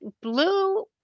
blue